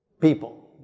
people